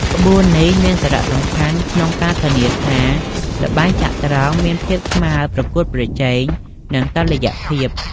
ក្បួននេះមានសារៈសំខាន់ក្នុងការធានាថាល្បែងចត្រង្គមានភាពស្មើរប្រកួតប្រជែង និងតុល្យភាព។